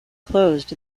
closed